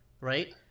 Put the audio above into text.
Right